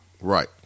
Right